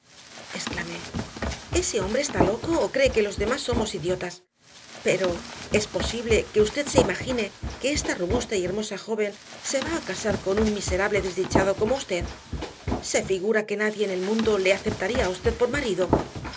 ella exclamé ese hombre está loco o cree que los demás somos idiotas pero es posible que usted se imagine que esta robusta y hermosa joven se va a casar con un miserable desdichado como usted se figura que nadie en el mundo le aceptaría a usted por marido